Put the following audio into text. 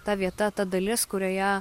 ta vieta ta dalis kurioje